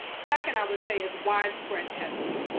second i would say is widespread testing.